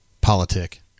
politic